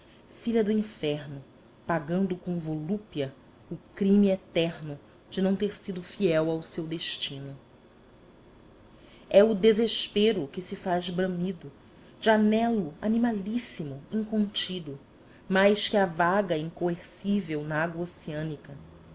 filha do inferno pagando com volúpia o crime eterno de não ter sido fiel ao seu destino é o desespero que se faz bramido de anelo animalíssimo incontido mais que a vaga incoercível na água oceânea